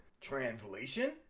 Translation